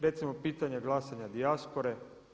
Recimo pitanje glasanja dijaspore.